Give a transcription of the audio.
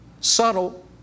Subtle